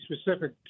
specific